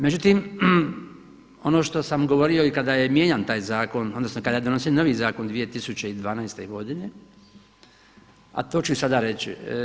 Međutim, ono što sam govorio i kada je mijenjan taj zakon odnosno kada je donesen novi zakon 2012. godine, a to ću i sada reći.